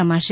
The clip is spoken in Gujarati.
રમાશે